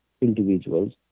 individuals